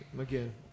Again